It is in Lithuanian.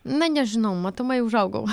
na nežinau matomai užaugau